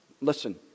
Listen